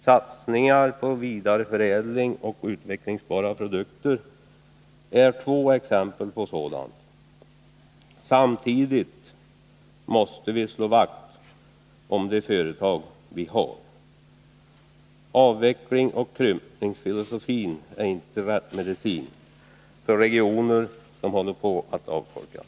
Satsningar på vidareförädling och på utvecklingsbara produkter är två exempel på sådant. Samtidigt måste vi slå vakt om de företag vi har. Avvecklingsoch krympningsfilosofin är inte rätt medicin för regioner som håller på att avfolkas.